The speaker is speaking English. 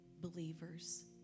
believers